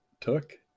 took